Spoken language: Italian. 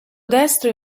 destro